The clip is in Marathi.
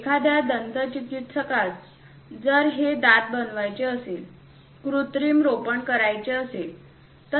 एखाद्या दंतचिकित्सकास जर हे दात बनवायचे असेल कृत्रिम रोपण करायचे असेल तर